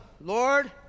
Lord